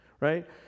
right